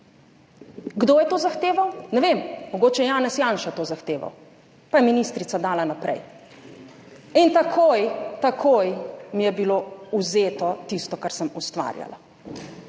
Kdo je to zahteval? Ne vem. Mogoče je Janez Janša to zahteval pa je ministrica dala naprej. In takoj takoj mi je bilo vzeto tisto, kar sem ustvarjala.